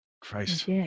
Christ